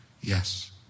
Yes